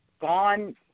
gone